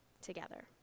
together